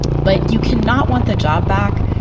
but you can not want the job back,